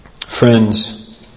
Friends